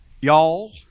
y'all